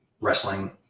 wrestling